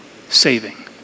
saving